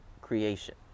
creation